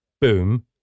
boom